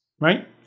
right